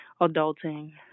Adulting